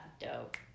dope